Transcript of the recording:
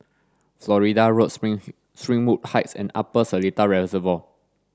Florida Road Spring Springwood Heights and Upper Seletar Reservoir